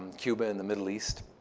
cuba and the middle east.